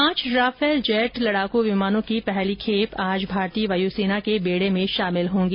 पांच Rafale jet विमानों की पहली खेप आज भारतीय वायुसेना के बेड़े में शामिल होगी